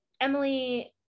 Emily